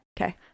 okay